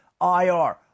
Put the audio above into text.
IR